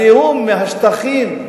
הזיהום מהשטחים,